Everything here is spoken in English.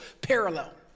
parallel